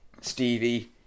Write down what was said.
Stevie